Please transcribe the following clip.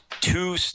Two